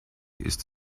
ist